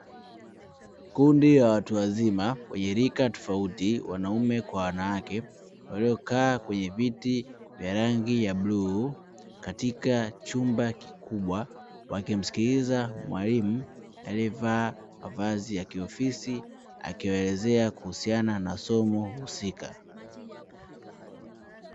Kundi la watu wazima mwenye rika tofauti (wanaume kwa wanawake) waliokaa kwenye viti vya rangi ya bluu katika chumba kikubwa, wakimsikiliza mwalimu aliyevaa mavazi ya kiofisi akiwaelezea kuhusiana na somo husika.